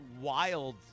wild –